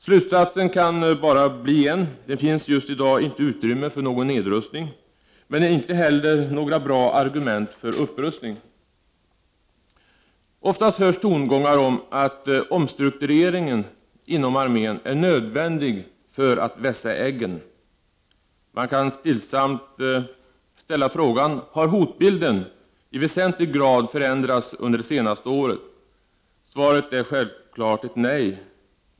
Slutsatsen kan bara bli en: det finns just i dag inte utrymme för någon nedrustning, men inte heller några bra argument för upprustning. Ofta hörs tongångar om att omstruktureringen inom armén är nödvändig för att vässa eggen. Man kan stillsamt ställa frågan: Har hotbilden i väsentlig grad förändrats under det senare året? Svaret är självklart ett nej.